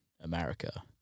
America